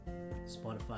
Spotify